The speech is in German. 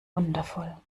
wundervoll